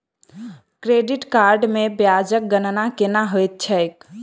credit card मे ब्याजक गणना केना होइत छैक